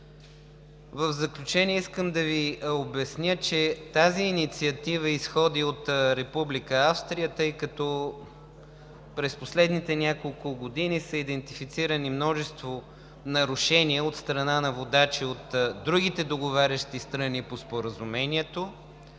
В заключение, искам да Ви обясня, че тази инициатива изходи от Република Австрия, тъй като през последните няколко години са идентифицирани множество нарушения от страна на водачи от другите договарящи страни по Споразумението.